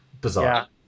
Bizarre